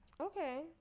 Okay